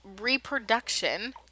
reproduction